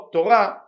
Torah